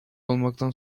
olmaktan